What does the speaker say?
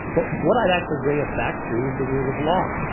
but what i'd actually bring us back to is the rule of law.